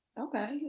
Okay